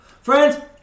Friends